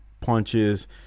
punches